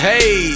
Hey